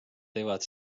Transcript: teevad